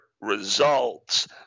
results